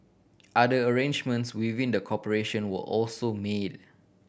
other arrangements within the corporation were also made